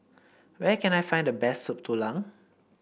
where can I find the best Soup Tulang